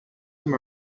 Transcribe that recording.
from